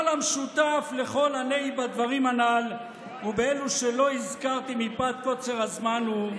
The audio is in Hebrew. אבל המשותף לכל הני בדברים הנ"ל ובאלו שלא הזכרתי מפאת קוצר הזמן הוא,